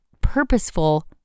purposeful